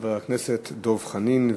חבר הכנסת דב חנין,